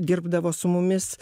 dirbdavo su mumis